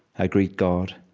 i greet god,